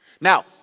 Now